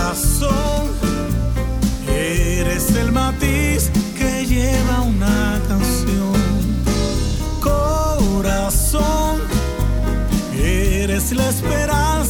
Corazón, eres el matiz que lleva una canción. Corazón, eres la esperanza